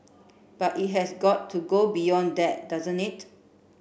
but it has got to go beyond that doesn't it